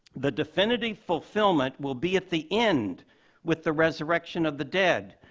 the divinity fulfillment will be at the end with the resurrection of the dead,